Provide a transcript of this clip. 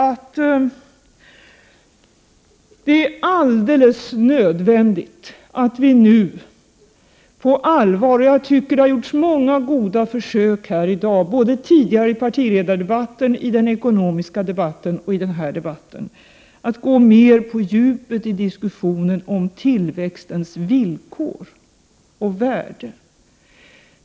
Det är alldeles nödvändigt att vi nu på allvar — det har gjorts många goda försök här i dag både i partiledardebatten, i den ekonomiska debatten och i denna debatt — går mera på djupet i diskussionen om tillväxtens villkor och värde.